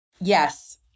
Yes